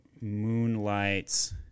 Moonlight